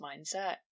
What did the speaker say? mindset